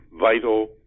vital